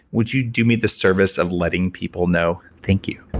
would you do me the service of letting people know? thank you